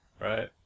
right